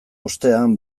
ostean